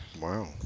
Wow